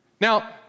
Now